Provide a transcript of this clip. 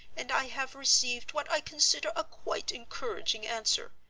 and i have received what i consider a quite encouraging answer.